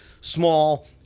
small